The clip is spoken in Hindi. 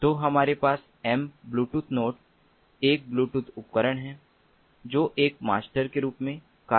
तो हमारे पास m ब्लूटूथ नोड एक ब्लूटूथ उपकरण है जो एक मास्टर के रूप में कार्य करेगा